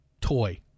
toy